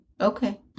Okay